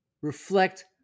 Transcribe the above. reflect